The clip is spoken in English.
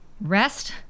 Rest